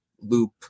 loop